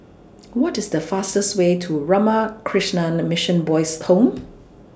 What IS The fastest Way to Ramakrishna Mission Boys' Home